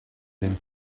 den